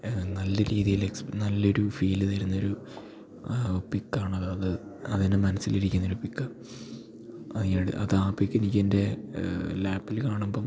നല്ല രീതിയിൽ നല്ലൊരു ഫീൽ തരുന്നൊരു പിക്കാണത് അത് അതുതന്നെ മനസ്സിലിരിക്കുന്നൊരു പിക്ക് അത് ഈ അത് ആ പിക്കിന് എനിക്ക് എൻ്റെ ലാപ്പിൽ കാണുമ്പം